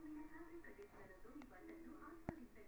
commodity మార్కెట్లు బంగారం నూనె వంటివి కూడా తవ్విత్తారు